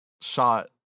shot